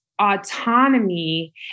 autonomy